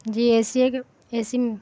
G A C ہے کہ A سی